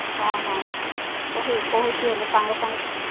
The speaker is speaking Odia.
ହଁ ହଁ କହୁଚି ଏବେ ସାଙ୍ଗେ ସାଙ୍ଗେ